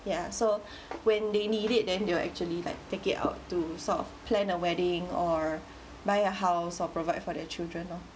ya so when they need it then they will actually like take it out to sort of plan a wedding or buy a house or provide for their children lor